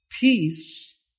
Peace